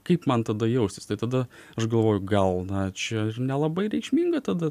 kaip man tada jaustis tai tada aš galvoju gal na čia ir nelabai reikšminga tada